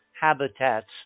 habitats